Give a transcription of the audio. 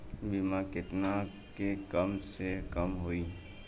बीमा केतना के कम से कम होई?